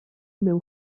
mewn